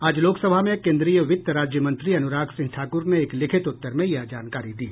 आज लोकसभा में कोन्द्रीय वित्त राज्यमंत्री अनुराग सिंह ठाकुर ने एक लिखित उत्तर में यह जानकारी दी